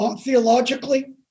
theologically